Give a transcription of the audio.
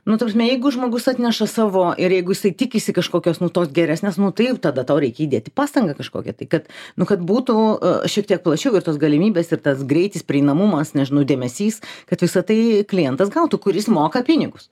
nu ta prasme jeigu žmogus atneša savo ir jeigu jisai tikisi kažkokios nu tos geresnės nu taip tada tau reikia įdėti pastangą kažkokią tai kad nu kad būtų šiek tiek plačiau ir tos galimybės ir tas greitis prieinamumas nežinau dėmesys kad visa tai klientas gautų kuris moka pinigus